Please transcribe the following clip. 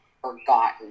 forgotten